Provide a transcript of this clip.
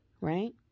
right